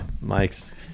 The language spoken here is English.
Mike's